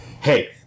Hey